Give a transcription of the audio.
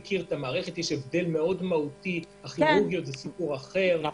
הבדל מאוד מהותי, כירורגיות זה סיפור אחר.